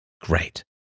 great